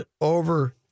over